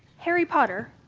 harry potter,